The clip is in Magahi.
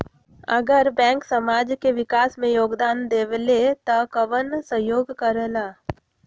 अगर बैंक समाज के विकास मे योगदान देबले त कबन सहयोग करल?